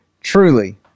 truly